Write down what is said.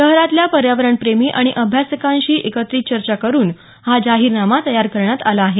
शहरातल्या पर्यावरण प्रेमी आणि अभ्यासकांशी एकत्रित चर्चा करून हा जाहीरनामा तयार करण्यात आला आहे